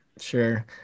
Sure